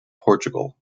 portugal